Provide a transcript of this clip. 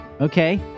okay